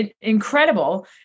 incredible